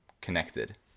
connected